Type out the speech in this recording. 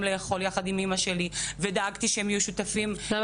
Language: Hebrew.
אוכל ודאגתי שהיו שותפים לחוויית הלידה.